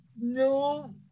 no